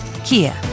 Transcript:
Kia